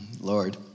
Lord